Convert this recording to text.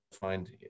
find